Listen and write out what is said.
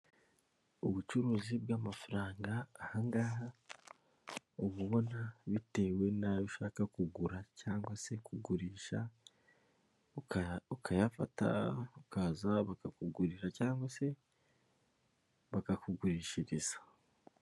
Ubucuruzi bw'amafaranga ahangaha uba ubona bitewe n'ayo ushaka kugura cyangwa se kugurisha ukayafata ukaza bakakugurira cyangwa se bakakugurishiriza.